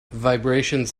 vibrations